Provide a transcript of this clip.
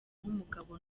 nk’umugabo